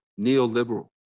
neoliberal